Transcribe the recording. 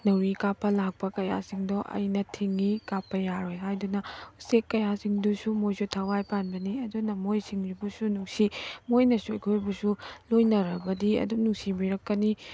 ꯅꯥꯎꯔꯤ ꯀꯥꯞꯄ ꯂꯥꯛꯄ ꯀꯌꯥꯁꯤꯡꯗꯣ ꯑꯩꯅ ꯊꯤꯡꯏ ꯀꯥꯞꯄ ꯌꯥꯔꯣꯏ ꯍꯥꯏꯗꯨꯅ ꯎꯆꯦꯛ ꯀꯌꯥꯁꯤꯡꯗꯨꯁꯨ ꯃꯣꯏꯁꯨ ꯊꯋꯥꯏ ꯄꯥꯟꯕꯅꯤ ꯑꯗꯨꯅ ꯃꯣꯏꯁꯤꯡꯕꯨꯁꯨ ꯅꯨꯡꯁꯤ ꯃꯣꯏꯅꯁꯨ ꯑꯩꯈꯣꯏꯕꯨꯁꯨ ꯂꯣꯏꯅꯔꯕꯗꯤ ꯑꯗꯨꯝ ꯅꯨꯡꯁꯤꯕꯤꯔꯛꯀꯅꯤ